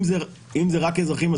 אם זה רק אזרחים,